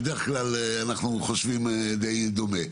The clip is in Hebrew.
זאת לא טעות, חלילה,